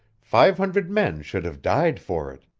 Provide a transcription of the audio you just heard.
five hundred men should have died for it.